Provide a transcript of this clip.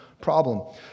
problem